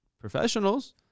professionals